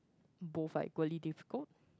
both like quite difficulty